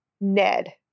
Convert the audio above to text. ned